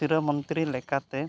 ᱥᱤᱨᱟᱹᱢᱚᱱᱛᱨᱤ ᱞᱮᱠᱟᱛᱮ